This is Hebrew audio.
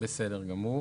בסדר גמור.